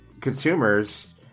consumers